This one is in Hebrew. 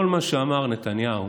כל מה שאמר נתניהו